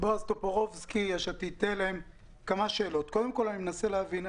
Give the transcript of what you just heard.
אני מנסה להבין.